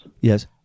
Yes